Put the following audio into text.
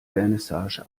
vernissage